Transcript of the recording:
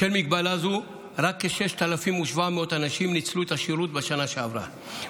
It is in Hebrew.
בשל מגבלה זו רק כ-6,700 אנשים ניצלו את השירות בשנה שעברה,